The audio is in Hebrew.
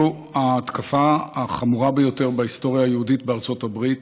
ההתקפה החמורה ביותר בהיסטוריה היהודית בארצות הברית